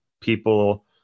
people